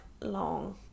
long